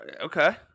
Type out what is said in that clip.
Okay